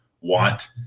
want